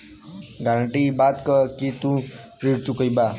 guarantee इ बात क कि तू ऋण चुकइबा